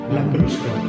Lambrusco